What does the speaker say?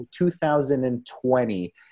2020